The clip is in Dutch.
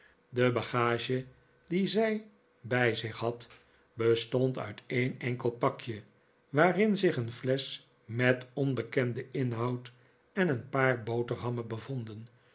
de bagage die zij bij zich had bestond uit een enkel pakje waarin zich een flesch met onbekenden inhoud en een paar boterhammen bevonden